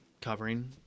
covering